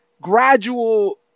gradual